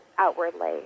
Outwardly